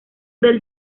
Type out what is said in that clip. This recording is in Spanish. del